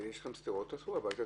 יש לכם סתירות, תלכו הביתה.